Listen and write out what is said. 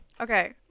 Okay